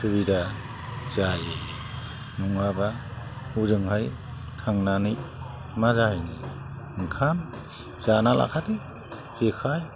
सुबिदा जायो नङाबा हजोंहाय थांनानै मा जाहैनो ओंखाम जाना लाखादो जेखाय